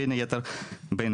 בין היתר באנרגיות.